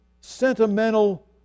sentimental